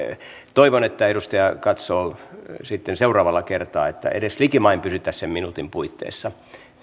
toivon että edustaja katsoo sitten seuraavalla kertaa että edes likimain pysyttäisiin sen minuutin puitteissa